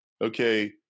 Okay